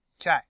Okay